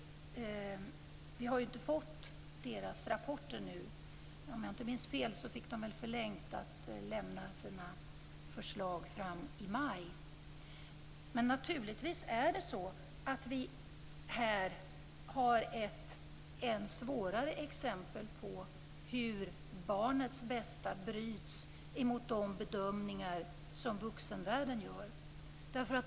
Vi har ju inte fått deras rapport ännu. Om jag inte minns fel fick de tiden förlängd och skall lämna sina förslag i maj. Men naturligtvis är det så att vi här har ett ännu svårare exempel på hur barnets bästa bryts mot de bedömningar som vuxenvärlden gör.